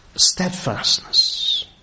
Steadfastness